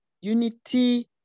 unity